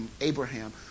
Abraham